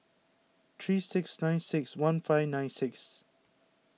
three six nine six one five nine six